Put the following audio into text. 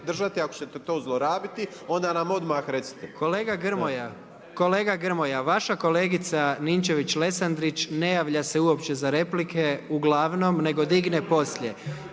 držati, ako ćete to zlorabiti, onda nam odmah recite. **Jandroković, Gordan (HDZ)** Kolega Grmoja, vaša kolegica Ninčević-Lesandrić, ne javlja se uopće za replike, uglavnom nego digne poslije.